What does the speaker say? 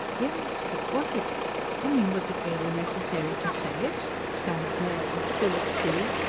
yes, but was it i mean. was it really necessary to say it? stammered mary still at sea.